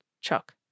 Chuck